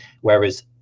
whereas